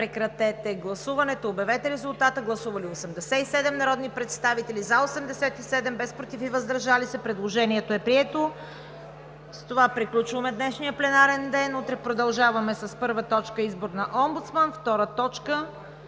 Доклада на Комисията. Гласували 87 народни представители: за 87, против и въздържали се няма. Предложението е прието. С това приключваме днешния пленарен ден. Утре продължаваме с първа точка – избор на омбудсман, втора точка: